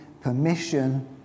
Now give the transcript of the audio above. permission